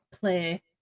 play